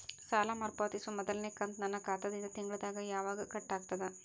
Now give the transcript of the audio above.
ಸಾಲಾ ಮರು ಪಾವತಿಸುವ ಮೊದಲನೇ ಕಂತ ನನ್ನ ಖಾತಾ ದಿಂದ ತಿಂಗಳದಾಗ ಯವಾಗ ಕಟ್ ಆಗತದ?